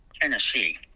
Tennessee